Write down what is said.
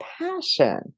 passion